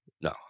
No